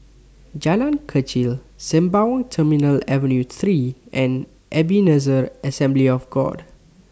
Jalan Kechil Sembawang Terminal Avenue three and Ebenezer Assembly of God